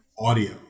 Audio